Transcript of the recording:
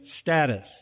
status